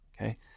Okay